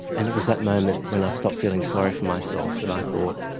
and it was that moment when i stopped feeling sorry for myself, that i thought,